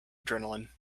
adrenaline